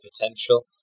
potential